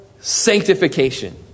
sanctification